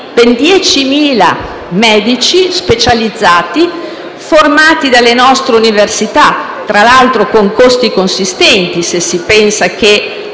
ben 10.000 medici specializzati formati dalle nostre università, tra l'altro con costi consistenti. Basti pensare che